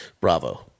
Bravo